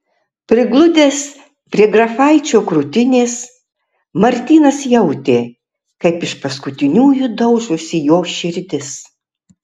prigludęs prie grafaičio krūtinės martynas jautė kaip iš paskutiniųjų daužosi jo širdis